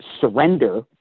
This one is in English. surrender